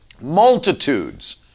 multitudes